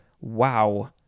Wow